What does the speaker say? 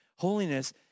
Holiness